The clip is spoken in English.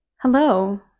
hello